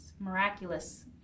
Miraculous